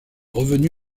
revenu